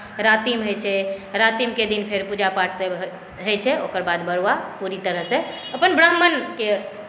रातिम होइ छै रातिमके दिन फेर पूजा पाठ सभ होइ छै ओकर बाद बरुआ पुरी तरह से अपन ब्राम्हणकेँ